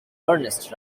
ernest